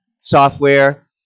software